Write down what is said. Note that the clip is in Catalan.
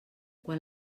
quan